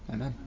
Amen